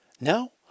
Now